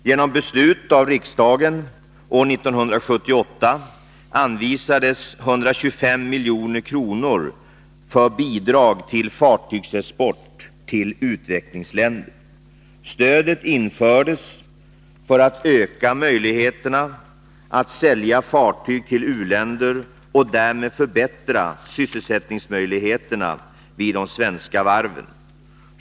Genom beslut av riksdagen år 1978 anvisades 125 milj.kr. för bidrag till fartygsexport till utvecklingsländer. Stödet infördes för att öka möjligheterna att sälja fartyg till u-länder och därmed förbättra sysselsättningsmöjligheterna vid de svenska varven.